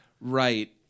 Right